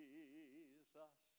Jesus